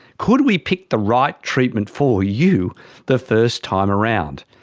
could we pick the right treatment for you the first time around?